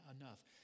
enough